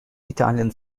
italian